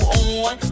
on